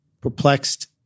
perplexed